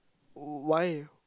w~ w~ why